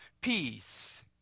Peace